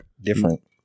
different